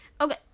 Okay